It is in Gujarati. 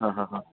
હા હા હા